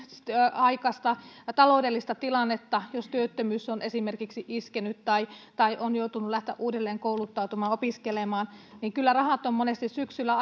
aikaista taloudellista tilannetta jos esimerkiksi työttömyys on iskenyt tai tai on joutunut lähtemään uudelleen kouluttautumaan opiskelemaan niin kyllä rahat ovat monesti syksyllä